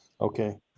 Okay